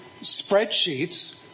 spreadsheets